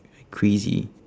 crazy